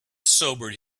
sobered